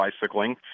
bicycling